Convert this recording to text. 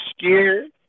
scared